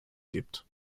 gibt